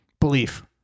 Belief